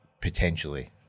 potentially